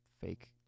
fake